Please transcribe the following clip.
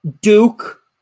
Duke